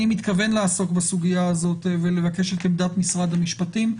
אני מתכוון לעסוק בסוגיה הזאת ולבקש את עמדת משרד המשפטים,